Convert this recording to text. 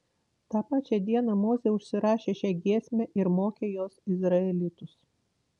tą pačią dieną mozė užsirašė šią giesmę ir mokė jos izraelitus